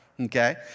Okay